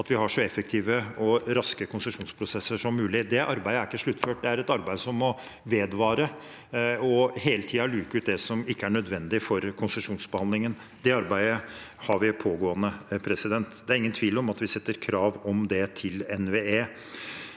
at vi har så effektive og raske konsesjonsprosesser som mulig. Det arbeidet er ikke sluttført. Det er et arbeid som må vedvare og hele tiden luke ut det som ikke er nødvendig for konsesjonsbehandlingen. Det arbeidet pågår. Det er ingen tvil om at vi stiller krav om det til NVE.